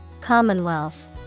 Commonwealth